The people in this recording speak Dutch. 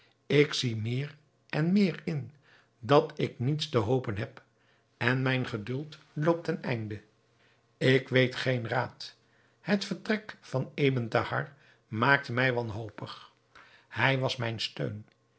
ik zie meer en meer in dat ik niets te hopen heb en mijn geduld loopt ten einde ik weet geen raad het vertrek van ebn thahar maakt mij wanhopig hij was mijn steun